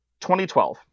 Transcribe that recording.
2012